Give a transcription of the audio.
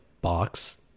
box